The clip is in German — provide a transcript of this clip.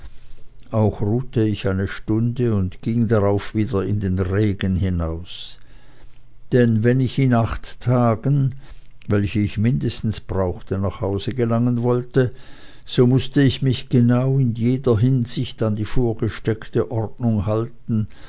auch ruhte ich eine stunde und ging darauf wieder in den regen hinaus denn wenn ich in acht tagen welche ich mindestens brauchte nach hause gelangen wollte so mußte ich mich genau in jeder hinsicht an die vorgesteckte ordnung halten